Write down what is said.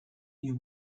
you